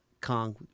Kong